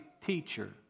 teacher